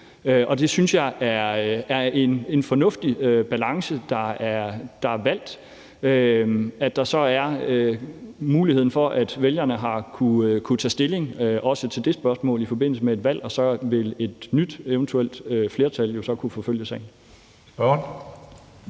Det synes jeg er en fornuftig balance, der er valgt, altså at der så er mulighed for, at vælgerne kan tage stilling til det spørgsmål i forbindelse med et valg, og så vil et nyt eventuelt nyt flertal jo så kunne forfølge sagen.